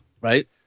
Right